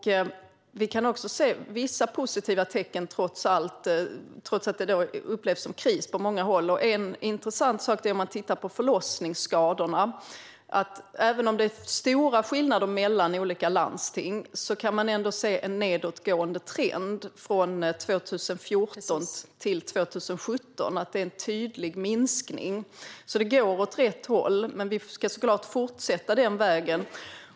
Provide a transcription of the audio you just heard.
Vi kan se vissa positiva tecken trots att det upplevs som kris på många håll. Det är intressant att titta på förlossningsskadorna. Även om det är stora skillnader mellan olika landsting kan man se en nedåtgående trend från 2014 till 2017. Det är en tydlig minskning. Det går alltså åt rätt håll. Men vi ska såklart fortsätta på den vägen.